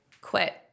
quit